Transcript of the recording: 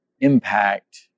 impact